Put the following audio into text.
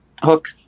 hook